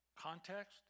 context